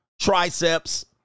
triceps